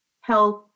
health